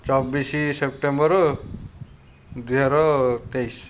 ଚବିଶ ସେପ୍ଟେମ୍ବର ଦୁଇହଜାର ତେଇଶି